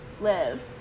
Live